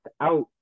out